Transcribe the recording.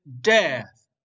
death